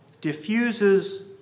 diffuses